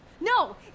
No